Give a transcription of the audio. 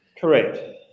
Correct